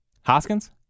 Hoskins